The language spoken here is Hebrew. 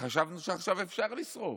חשבנו שעכשיו אפשר לשרוף.